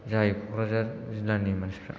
जायो कक्राझार जिल्लानि मानसिफ्रा